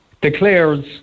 declares